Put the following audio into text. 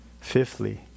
fifthly